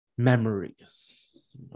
Memories